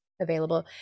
available